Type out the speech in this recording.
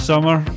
Summer